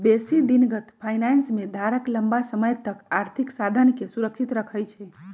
बेशी दिनगत फाइनेंस में धारक लम्मा समय तक आर्थिक साधनके सुरक्षित रखइ छइ